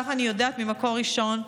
כך אני יודעת ממקור ראשון,